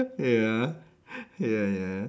ya ya ya